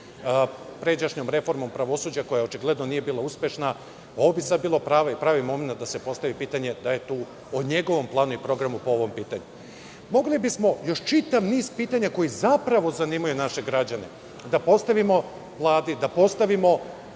pređašnjom reformom pravosuđa, koja očigledno nije bila uspešna. Ovo bi sada bila prava i pravi momenat da se postavi pitanje da je tu o njegovom planu i programu po ovom pitanju. Mogli bismo još čitav niz pitanja, koja zapravo zanimaju naše građane, da postavimo Vladi, da postavimo